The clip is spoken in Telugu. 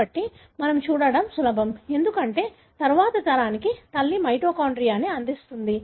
కాబట్టి మనం చూడటం సులభం ఎందుకంటే తరువాతి తరానికి తల్లి మైటోకాండ్రియాను అందిస్తుంది